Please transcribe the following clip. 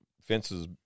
fences